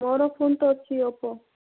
ମୋର ଫୋନ୍ ତ ଅଛି ଓପୋ